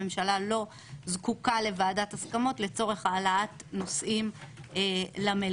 הממשלה לא זקוקה לוועדת הסכמות לצורך העלאת נושאים למליאה.